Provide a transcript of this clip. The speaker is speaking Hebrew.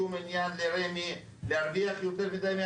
שכל נושא העלויות והפערים במחירי הדיור,